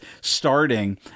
starting